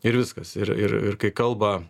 ir viskas ir ir kai kalba